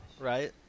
right